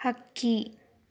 ಹಕ್ಕಿ